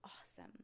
awesome